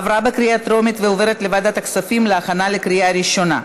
עברה בקריאה הטרומית ועוברת לוועדת הכספים להכנה לקריאה ראשונה.